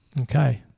Okay